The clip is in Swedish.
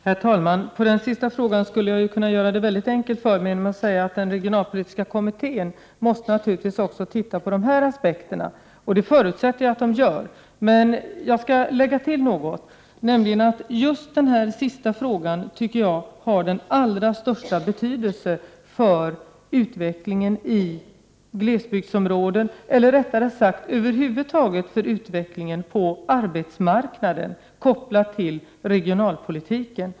Herr talman! Beträffande den sista frågan skulle jag kunna göra det väldigt enkelt för mig genom att säga att den regionalpolitiska kommittén naturligtvis måste se på dessa aspekter också. Det förutsätter jag att den gör. Men jag skall tillägga något, nämligen att jag tycker att just den sista frågan är av allra största betydelse för utvecklingen av glesbygdsområden eller, rättare sagt, över huvud taget för utvecklingen på arbetsmarknaden kopplad till regionalpolitiken.